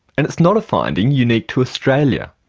and it's not a finding unique to australia.